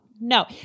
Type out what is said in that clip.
no